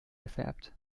gefärbt